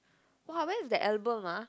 !wah! where is the album ah